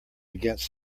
against